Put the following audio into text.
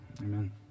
amen